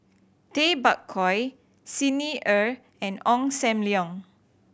Tay Bak Koi Xi Ni Er and Ong Sam Leong